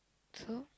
so